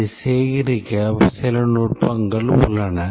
அதைச் சேகரிக்க சில நுட்பங்கள் உள்ளன